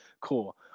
cool